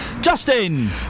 Justin